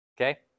Okay